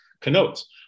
connotes